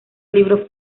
libro